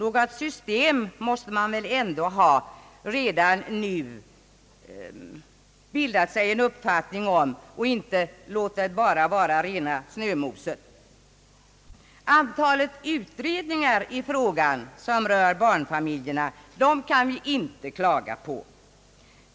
Man måste väl redan nu ha bildat sig en uppfattning om något system och inte låta det vara rena snömoset. Antalet utredningar i frågan som rör barnfamiljerna kan vi inte klaga på.